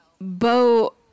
Bo